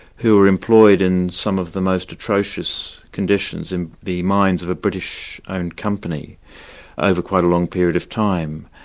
who were employed in some of the most atrocious conditions in the mines of a british-owned and company over quite a long period of time.